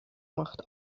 macht